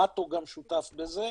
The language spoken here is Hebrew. נאט"ו גם שותף בזה.